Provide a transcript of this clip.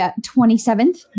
27th